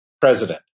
president